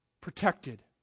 protected